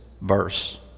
verse